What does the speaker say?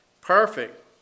perfect